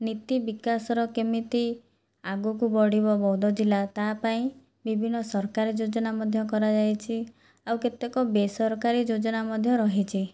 ନୀତିବିକାଶର କେମିତି ଆଗକୁ ବଢ଼ିବ ବୌଦ୍ଧ ଜିଲ୍ଲା ତା ପାଇଁ ବିଭିନ୍ନ ସରକାରୀ ଯୋଜନା ମଧ୍ୟ କରାଯାଇଛି ଆଉ କେତେକ ବେସରକାରୀ ଯୋଜନା ମଧ୍ୟ ରହିଛି